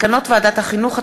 ועל מסקנות ועדת החינוך,